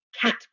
cat